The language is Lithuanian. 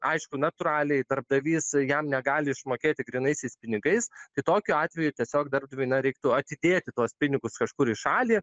aišku natūraliai darbdavys jam negali išmokėti grynaisiais pinigais tai tokiu atveju tiesiog darbdaviui na reiktų atidėti tuos pinigus kažkur į šalį